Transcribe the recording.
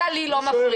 אתה לי לא מפריע.